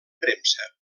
premsa